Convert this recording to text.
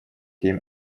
him